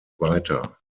weiter